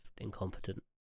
incompetent